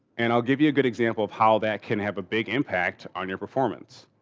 and i'll give you a good example of how that can have a big impact on your performance.